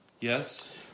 Yes